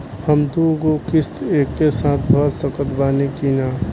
हम दु गो किश्त एके साथ भर सकत बानी की ना?